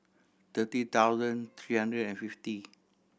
thirty thousand three hundred and fifty